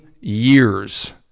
years